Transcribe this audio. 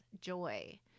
joy